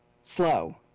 slow